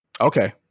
Okay